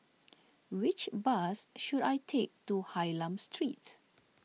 which bus should I take to Hylam Street